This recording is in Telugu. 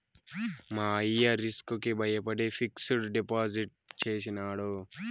మా అయ్య రిస్క్ కి బయపడి ఫిక్సిడ్ డిపాజిట్ చేసినాడు